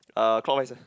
uh clockwise ya